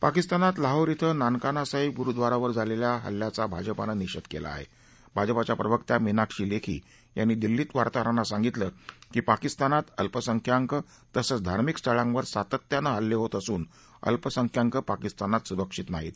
पाकिस्तानात लाहोर इथं नानकांना साहिब गुरुद्वारावर झालख्वा हल्ल्याचा भाजपानं निषधीकळी आहा आजपाच्या प्रवक्त्या मिनाक्षी लखी यांनी दिल्लीत वार्ताहरांना सांगितलं की पाकिस्तानात अल्पसंख्याक तसंच धार्मिक स्थळांवर सातत्यानं हल्लवित असून अल्पसंख्याक पाकिस्तानात सुरक्षित नाहीत